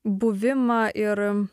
buvimą ir